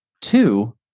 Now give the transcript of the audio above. Two